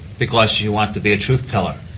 because you want to be a truthteller.